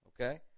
Okay